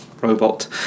robot